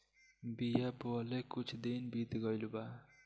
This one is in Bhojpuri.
बिया बोवले कुछ दिन बीत गइल बा